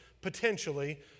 potentially